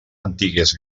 antigues